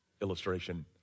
illustration